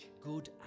Good